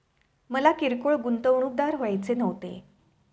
मला किरकोळ गुंतवणूकदार व्हायचे नव्हते